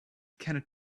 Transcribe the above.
cannot